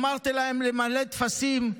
אמרתם להם למלא טפסים.